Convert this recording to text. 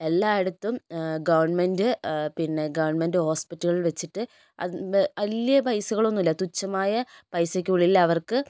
എല്ലായിടത്തും ഗവണ്മെൻ്റെ പിന്നെ ഗണ്മെൻ്റെ ഹോസ്പിറ്റൽ വച്ചിട്ട് അത് വ വലിയ പൈസകളൊന്നുമില്ല തുച്ഛമായ പൈസയ്ക്കുള്ളിൽ അവർക്ക്